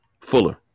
Fuller